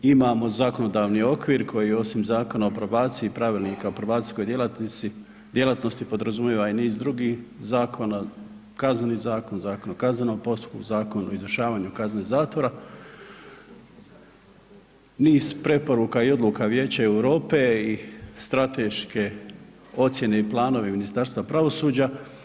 Imamo zakonodavni okvir koji osim Zakona o probacija, Pravilnika o probacijskoj djelatnosti podrazumijeva i niz drugih zakona, Kazneni zakon, Zakon o kaznenom postupku, Zakon o izvršavanju kazne zatvora, niz preporuka i odluka Vijeća Europe i strateške ocjene i planovi Ministarstva pravosuđa.